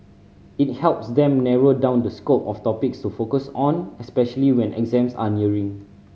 it helps them narrow down the scope of topics to focus on especially when exams are nearing